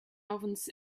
ovens